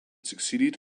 succeeded